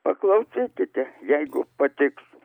paklausę tite jeigu patiks